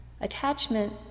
Attachment